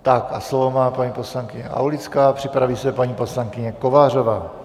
A slovo má paní poslankyně Aulická, připraví se paní poslankyně Kovářová.